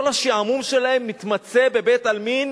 כל השעמום שלהם מתמצה בבית-עלמין